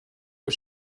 was